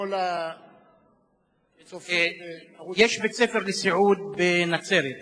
שכל הצופים, אדוני, יש בית-ספר לסיעוד בנצרת.